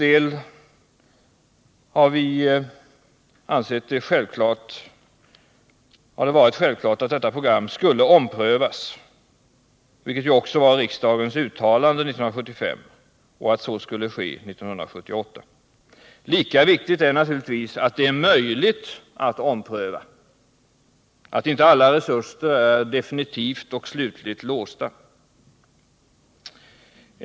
Centern har ansett det vara självklart att detta program skall omprövas, vilket ju också riksdagen 1975 bestämde skulle ske 1978. Lika viktigt är naturligtvis att det är möjligt att ompröva, att inte alla resurser är definitivt och slutligt låsta.